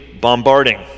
bombarding